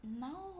No